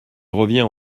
revient